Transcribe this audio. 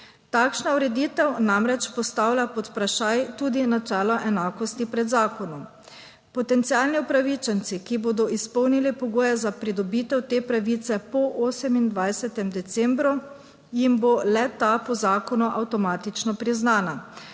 Takšna ureditev namreč postavlja pod vprašaj tudi načelo enakosti pred zakonom. Potencialni upravičenci, ki bodo izpolnili pogoje za pridobitev te pravice po 28. decembru jim bo le ta po zakonu avtomatično priznana,